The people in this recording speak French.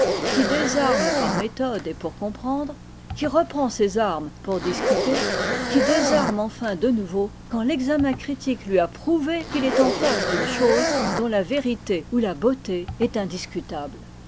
qui désarme par méthode et pour comprendre qui reprend ses armes pour discuter qui désarme enfin de nouveau quand l'examen critique lui a prouvé qu'il est en face d'une chose dont la vérité ou la beauté est indiscutable